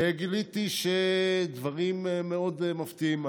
וגיליתי דברים מאוד מפתיעים.